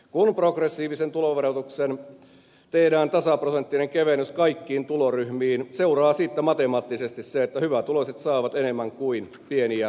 kun progressiiviseen tuloverotukseen tehdään tasaprosenttinen kevennys kaikkiin tuloryhmiin seuraa siitä matemaattisesti se että hyvätuloiset saavat enemmän kuin pieni ja keskituloiset